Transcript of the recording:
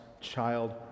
child